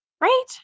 Right